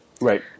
Right